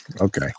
Okay